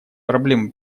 проблемы